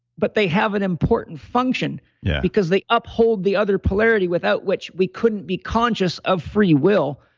but they have an important function because they uphold the other polarity without which we couldn't be conscious of free will.